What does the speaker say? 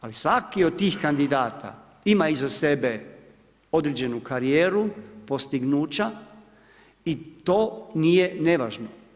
Ali svaki od tih kandidata ima iza sebe određenu karijeru, postignuća i to nije nevažno.